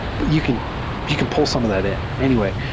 but you can you can pull some of that in. anyway,